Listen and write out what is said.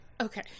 Okay